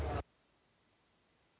Hvala.